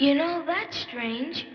you know that strange